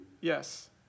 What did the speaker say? Yes